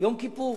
יום כיפור.